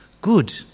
Good